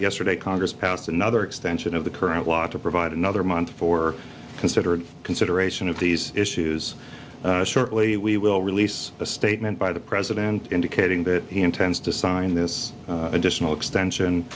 yesterday congress passed another extension of the current law to provide another month for considered can duration of these issues shortly we will release a statement by the president indicating that he intends to sign this additional extension